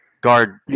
guard